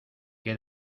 que